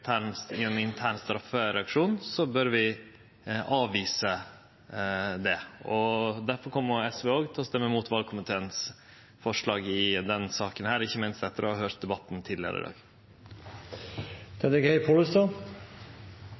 sanksjonar i ein intern straffereaksjon, bør vi avvise det. Derfor kjem SV òg til å stemme imot valkomiteen sitt forslag i denne saka, ikkje minst etter å ha høyrt debatten tidlegare i dag. Geir Pollestad – til stemmeforklaring. Eg vil slutta meg til dei orienteringane som er